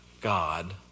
God